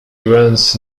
events